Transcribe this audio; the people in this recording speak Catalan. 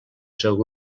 seu